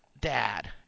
dad